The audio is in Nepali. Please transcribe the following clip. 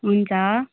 हुन्छ